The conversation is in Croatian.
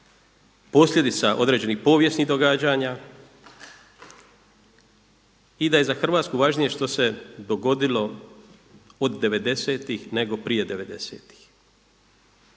posljedica određenih povijesnih događanja i da je za Hrvatsku važnije što se dogodilo od 90.-tih nego prije